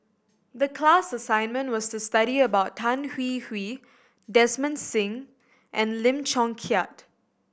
the class assignment was to study about Tan Hwee Hwee Desmond Sim and Lim Chong Keat